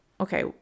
okay